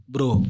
Bro